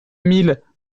mille